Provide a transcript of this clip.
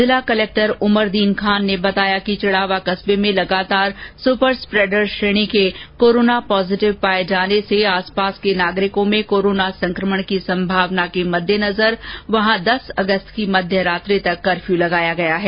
जिला कलेक्टर उमरदीन खान ने बताया कि चिड़ावा कस्बे में लगातार सुपर स्प्रेडर श्रेणी के कोरोना पॉजिटिव पाए जाने से आस पास के नागरिकों में कोरोना संक्रमण की संभावना के मद्देनजर वहां दस अगस्त की मध्य रात्रि तक कर्फ्य लगाया गया है